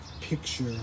picture